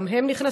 גם הם נכנסים.